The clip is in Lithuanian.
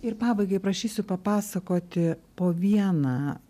ir pabaigai prašysiu papasakoti po vieną